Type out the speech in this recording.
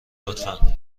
لطفا